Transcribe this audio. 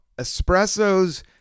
espressos